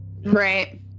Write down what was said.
right